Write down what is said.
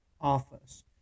Office